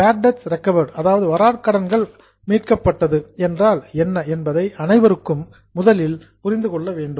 bad debt recovered வராக்கடன்கள் மீட்கப்பட்டது என்றால் என்ன என்பதை அனைவரும் முதலில் புரிந்து கொள்ள வேண்டும்